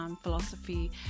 philosophy